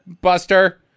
buster